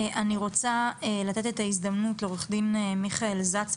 אני רוצה לתת את ההזדמנות לעורך דין מיכאל זץ,